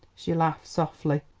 she laughed softly.